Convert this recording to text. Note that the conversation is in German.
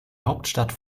hauptstadt